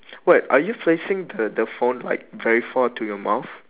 what are you facing the the phone like very far to your mouth